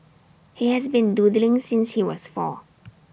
he has been doodling since he was four